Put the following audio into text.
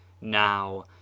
now